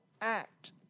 act